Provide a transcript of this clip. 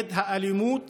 נגד האלימות